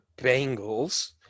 Bengals